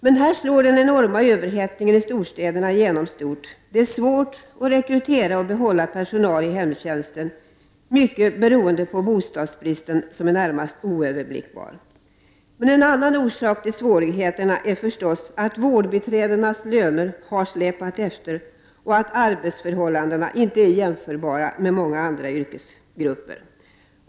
Men här slår den enorma överhettningen i storstäderna igenom stort. Det är svårt att rekrytera och behålla personal i hemtjänsten, mycket beroende på bostadsbristen, som är närmast oöverblickbar. En annan orsak till svårigheterna är förstås att vårdbiträdenas löner har släpat efter och att arbetsförhållandena inte är jämförbara med många andra yrkesgruppers.